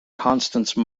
constance